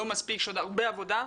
יש עוד הרבה עבודה.